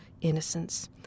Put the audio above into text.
innocence